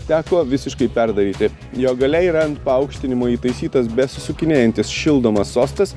teko visiškai perdaryti jo galia yra ant paaukštinimo įtaisytas besisukinėjantis šildomas sostas